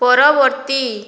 ପରବର୍ତ୍ତୀ